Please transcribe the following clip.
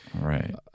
right